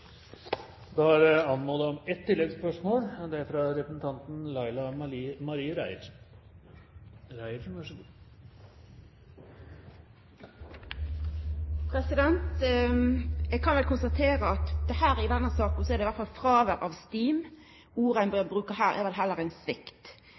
Da er det anmodet om ett oppfølgingsspørsmål – fra representanten Laila Marie Reiertsen. Ein kan vel konstatera at i denne saka er det i alle fall fråvere av «stim», ordet